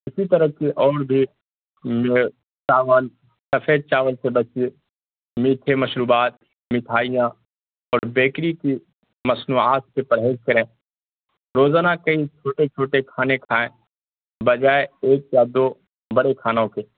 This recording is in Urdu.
اسی طرح کی اور بھی جو ہے چاول سفید چاول سے بچیے میٹھے مشروبات مٹھائیاں اور بیکری کی مصنوعات سے پرہیز کریں روزانہ کئی چھوٹے چھوٹے کھانے کھائیں بجائے ایک یا دو بڑے کھانوں کے